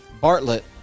Bartlett